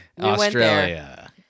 Australia